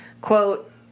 quote